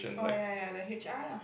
oh ya ya the h_r lah